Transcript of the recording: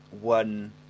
one